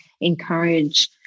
encourage